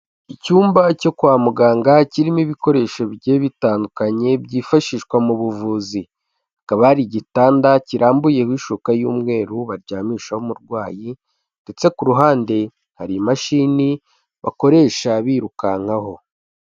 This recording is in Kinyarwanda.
icyumba cyo kwa muganga kirimo ibikoresho bigiye bitandukanye byifashishwa mu buvuzi, hakaba hari igitanda kirambuyeho ishuka y'umweru baryamishaho umurwayi ndetse ku ruhande hari imashini, bakoresha birukankaho.